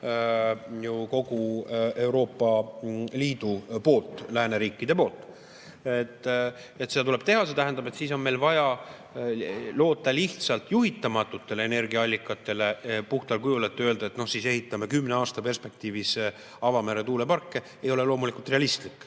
kogu Euroopa Liidu poolt, lääneriikide poolt. Seda tuleb teha, aga see tähendab, et siis on meil vaja loota lihtsalt juhitamatutele energiaallikatele puhtal kujul. Öelda, et ehitame kümne aasta perspektiivis avamere tuuleparke, ei ole loomulikult realistlik